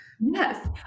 Yes